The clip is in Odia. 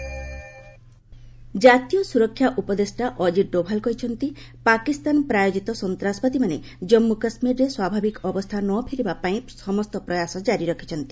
ଏନ୍ଏସ୍ ପାକ୍ ଟେରର ଜାତୀୟ ସ୍ଥରକ୍ଷା ଉପଦେଷ୍ଟା ଅଜିତ ଡୋଭାଲ୍ କହିଚ୍ଚନ୍ତି ପାକିସ୍ତାନ ପ୍ରାୟୋଜିତ ସନ୍ତାସବାଦୀମାନେ ଜାନ୍ଗୁ କାଶ୍ମୀରରେ ସ୍ୱାଭାବିକ ଅବସ୍ଥା ନ ଫେରିବା ପାଇଁ ସମସ୍ତ ପ୍ରୟାସ ଜାରି ରଖିଛନ୍ତି